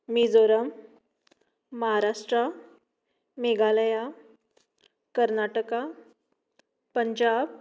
Mizoram Maharashtra Meghalaya Karnataka Punjab